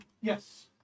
yes